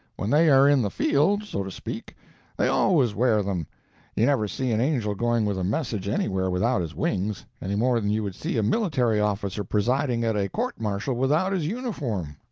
when they are in the field so to speak they always wear them you never see an angel going with a message anywhere without his wings, any more than you would see a military officer presiding at a court-martial without his uniform,